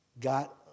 got